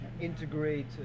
integrate